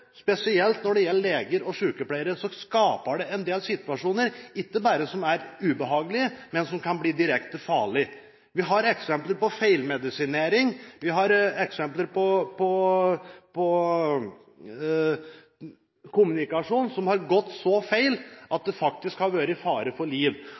spesielt når det gjelder leger og sykepleiere, skaper dette en del situasjoner som ikke bare er ubehagelig, men som kan bli direkte farlige. Vi har eksempler på feilmedisinering, og vi har eksempler på kommunikasjon som har gått så feil at det faktisk har vært fare for liv.